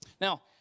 Now